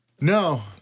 No